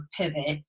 pivot